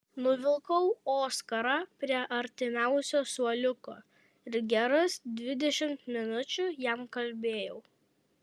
nuvilkau oskarą prie artimiausio suoliuko ir geras dvidešimt minučių jam kalbėjau